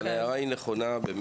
אבל ההערה היא נכונה.